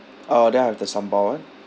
uh then I'll have the sambal [one]